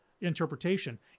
interpretation